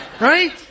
Right